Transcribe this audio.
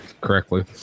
correctly